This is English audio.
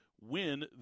win